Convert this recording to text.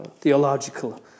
theological